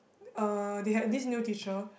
uh they had this new teacher